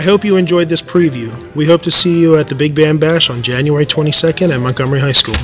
i hope you enjoyed this preview we hope to see you at the big bash on january twenty second in montgomery high school